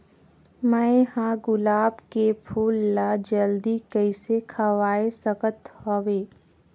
मैं ह गुलाब के फूल ला जल्दी कइसे खवाय सकथ हवे?